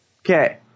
Okay